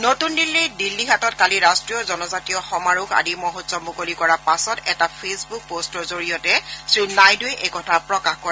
নতুন দিল্লীৰ দিল্লীহাটত কালি ৰাষ্ট্ৰীয় জনজাতীয় সমাৰোহ আদি মহোৎসৰ মুকলি কৰাৰ পাছত এটা ফেচবুক পষ্টৰ জৰিয়তে শ্ৰীনাইডুৱে এই কথা প্ৰকাশ কৰে